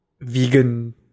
vegan